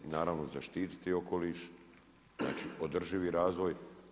I naravno zaštiti okoliš, znači održivi razvoj.